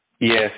Yes